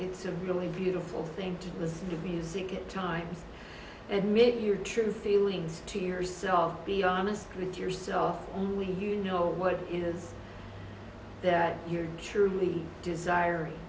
it's a really beautiful thing to listen to music at times and meet your true feelings to yourself be honest with yourself only you know what it is that you're truly desir